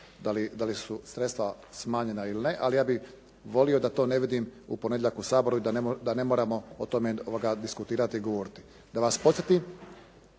da li su sredstva smanjena ili ne, ali ja bih volio da to ne vidim u ponedjeljak u Saboru i da ne moramo o tome diskutirati i govoriti. Da vas podsjetim,